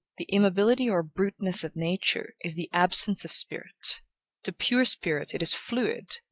the immobility or bruteness of nature, is the absence of spirit to pure spirit, it is fluid,